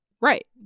Right